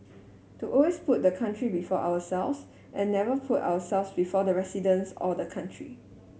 to always put the country before ourselves and never put ourselves before the residents or the country